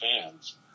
fans